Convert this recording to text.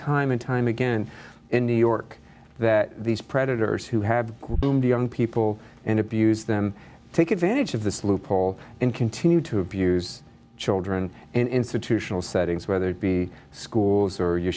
time and time again in new york that these predators who have people and abuse them take advantage of this loophole in continue to abuse children in institutional settings whether it be schools or your